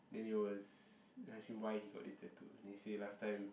then they was then I say why you got this tattoo then he say last time